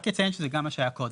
אני רק אציין שזה גם מה שהיה קודם,